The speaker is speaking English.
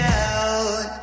out